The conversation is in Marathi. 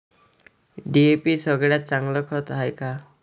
डी.ए.पी सगळ्यात चांगलं खत हाये का?